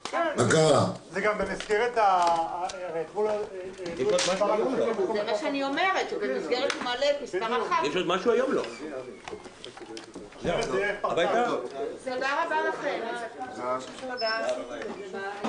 13:20.